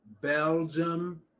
Belgium